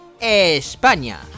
España